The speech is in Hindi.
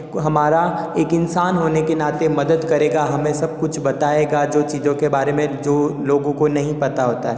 हमारा एक इंसान होने के नाते मदद करेगा हमें सब कुछ बताएगा जो चीज़ों के बारे में जो लोगों को नहीं पता होता है